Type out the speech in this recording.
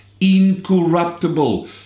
incorruptible